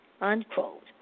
Unquote